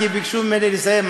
כי ביקשו ממני לסיים.